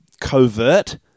covert